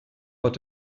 hat